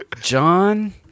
John